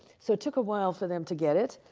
so, it took a while for them to get it.